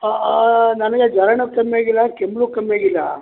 ಹಾಂ ನನಗೆ ಜ್ವರನೂ ಕಮ್ಮಿಯಾಗಿಲ್ಲ ಕೆಮ್ಮೂ ಕಮ್ಮಿಯಾಗಿಲ್ಲ